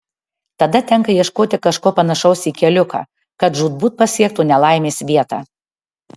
tada tenka ieškoti kažko panašaus į keliuką kad žūtbūt pasiektų nelaimės vietą